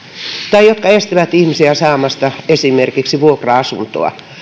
tai jotka estävät ihmisiä saamasta esimerkiksi vuokra asuntoa